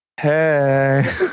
Hey